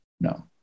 No